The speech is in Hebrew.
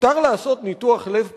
מותר לעשות ניתוח לב פתוח,